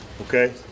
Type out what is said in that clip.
okay